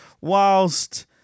whilst